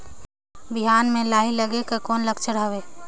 बिहान म लाही लगेक कर कौन लक्षण हवे?